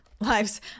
lives